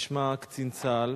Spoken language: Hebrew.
נשמע קצין צה"ל